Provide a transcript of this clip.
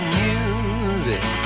music